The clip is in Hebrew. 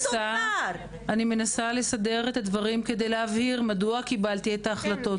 אני מנסה לסדר את הדברים כדי להבהיר מדוע קיבלתי את ההחלטות,